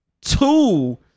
two